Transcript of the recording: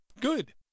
good